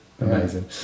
amazing